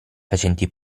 facenti